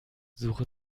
suche